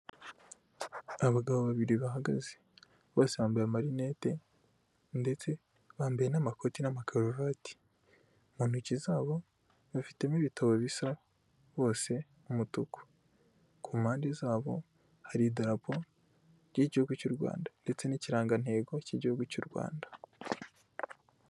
Abagabo babiri bahagaze. Bose bambaye amarinete, ndetse bambaye n'amakoti n'amakaruvati. Mu ntoki zabo bafitemo ibitabo bisa bose umutuku. Ku mpande zabo hari idarapo ry'igihugu cy'u Rwanda ndetse n'ikirangantego cy'igihugu cy'u Rwanda.